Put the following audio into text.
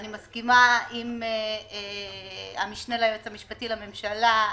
אני מסכימה עם המשנה ליועץ המשפטי לממשלה,